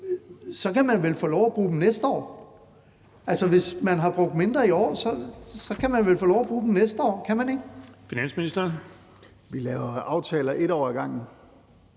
Så kan man vel få lov at bruge dem næste år – altså hvis man har brugt mindre i år, kan man vel få lov at bruge dem næste år, kan man ikke? Kl. 14:34 Den fg. formand (Erling